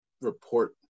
report